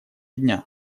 дня